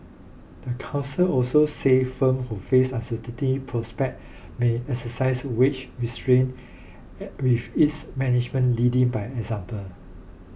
the council also said firms who face uncertain prospects may exercise wage restraint with its management leading by example